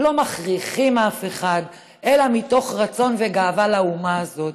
לא מכריחים אף אחד אלא מתוך רצון וגאווה לאומה הזאת.